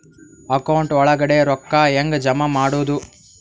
Account ಒಳಗಡೆ ರೊಕ್ಕ ಹೆಂಗ್ ಜಮಾ ಮಾಡುದು?